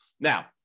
Now